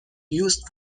used